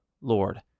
Lord